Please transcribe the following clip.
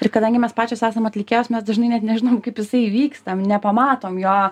ir kadangi mes pačios esam atlikėjos mes dažnai net nežinom kaip jisai įvyksta nepamatom jo